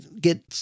get